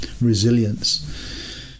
resilience